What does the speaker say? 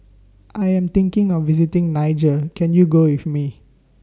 I Am thinking of visiting Niger Can YOU Go with Me